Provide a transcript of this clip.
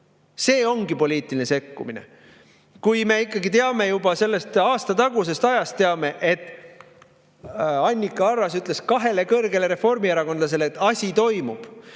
See ongi poliitiline sekkumine. Me teame juba aastatagusest ajast, et Annika Arras ütles kahele kõrgele reformierakondlasele, et asi toimub,